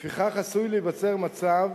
לפיכך עשוי להיווצר מצב